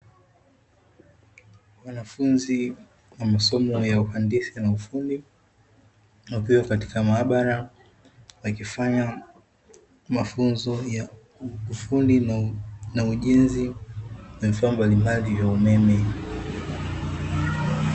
Wanafunzi wa masomo ya uhandisi na ufundi wakiwa katika maabara wakifanya mafunzo ya ufundi na ujenzi na vifaa mbalimbali vya umeme.